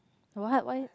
what why